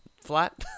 Flat